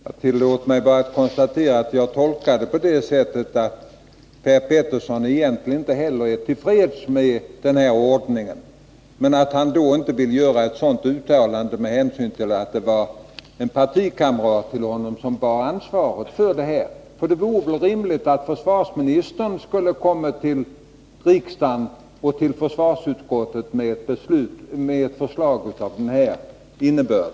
Herr talman! Tillåt mig bara konstatera att jag tolkar Per Peterssons inlägg så, att inte heller han egentligen är till freds med denna ordning. Men han vill inte göra ett sådant direkt uttalande med hänsyn till att det var en partikamrat till honom som bar ansvaret, för rimligen borde väl försvarsministern ha kommit till riksdagen och försvarsutskottet med förslag av denna innebörd.